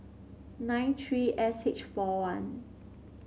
nine three S H four one